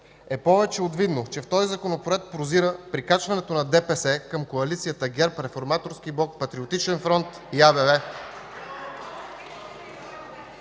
е повече от видно, че в този Законопроект прозира прикачването на ДПС към коалицията ГЕРБ, Реформаторски блок, Патриотичен фронт и АБВ.